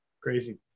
crazy